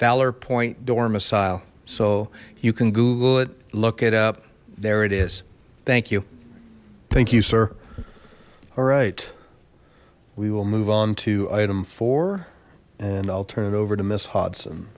valor point door mesial so you can google it look it up there it is thank you thank you sir all right we will move on to item four and i'll turn it over to miss hudson